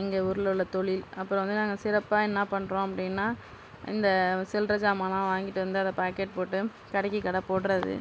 எங்கள் ஊரில் உள்ள தொழில் அப்புறோம் வந்து நாங்கள் சிறப்பாக என்ன பண்ணுறோம் அப்படினா இந்த சில்லற ஜாமான்லாம் வாங்கிட்டு வந்து அதை பாக்கெட் போட்டு கடைக்கு கடை போட்றது